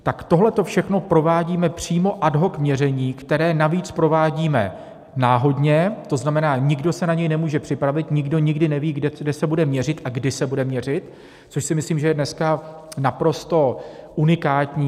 Tak tohle to všechno provádíme, přímo ad hoc měření, které navíc provádíme náhodně, to znamená nikdo se na něj nemůže připravit, nikdo nikdy neví, kde se bude měřit a kdy se bude měřit, což si myslím, že je dneska naprosto unikátní.